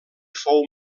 fou